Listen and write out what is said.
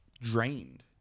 drained